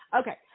Okay